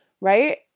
right